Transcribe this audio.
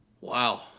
Wow